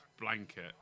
blanket